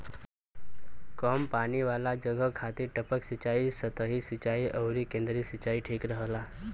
कम पानी वाला जगह खातिर टपक सिंचाई, सतही सिंचाई अउरी केंद्रीय सिंचाई ठीक रहेला